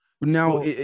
now